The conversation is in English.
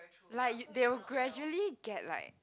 like they will gradually get like